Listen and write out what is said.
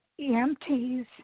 EMTs